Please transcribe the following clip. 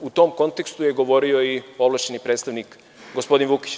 U tom kontekstu je govorio i ovlašćeni predstavnik, gospodin Vukić.